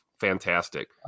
fantastic